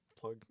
Plug